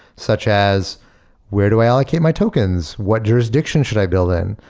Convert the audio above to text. such as where do i allocate my tokens? what jurisdiction should i build in?